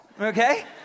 okay